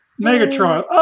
Megatron